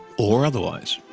or otherwise.